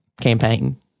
campaign